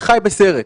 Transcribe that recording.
חי בסרט.